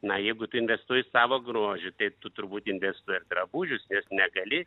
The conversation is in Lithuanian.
na jeigu tu investuoji į savo grožį tai tu turbūt investuoji į drabužius nes negali